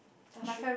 touch wood